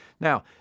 Now